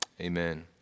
Amen